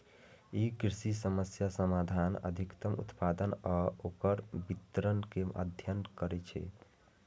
ई कृषि समस्याक समाधान, अधिकतम उत्पादन आ ओकर वितरण के अध्ययन करै छै